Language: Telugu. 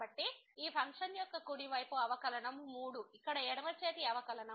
కాబట్టి ఈ ఫంక్షన్ యొక్క కుడి వైపు అవకలనము 3 ఇక్కడ ఎడమ చేతి అవకలనము